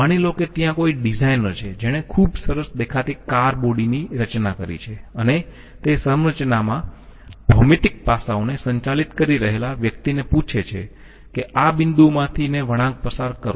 માની લો કે ત્યાં કોઈ ડિઝાઈનર છે જેણે ખૂબ સરસ દેખાતી કાર બોડીની રચના કરી છે અને તે સંરચનાના ભૌમિતિક પાસાઓને સંચાલિત કરી રહેલા વ્યક્તિને પૂછે છે કે આ બિંદુઓમાંથી ને વળાંક પસાર કરો